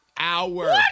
hour